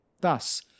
Thus